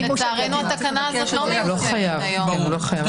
לצערנו התקנה הזאת לא מיושמת היום.